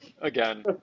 again